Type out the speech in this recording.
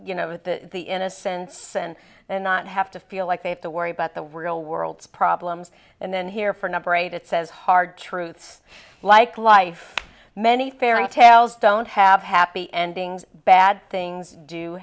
you know to the innocence and not have to feel like they have to worry about the real world's problems and then here for number eight it says hard truths like life many fairy tales don't have happy endings bad things do